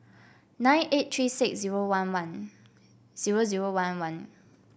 nine eight three six zero one one zero zero one one